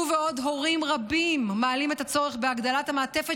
הוא ועוד הורים רבים מעלים את הצורך בהגדלת המעטפת